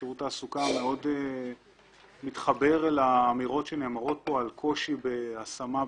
שירות התעסוקה מאוד מתחבר לאמירות שנאמרות כאן על קושי בהשמה.